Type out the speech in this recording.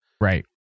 Right